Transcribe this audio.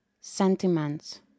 Sentiments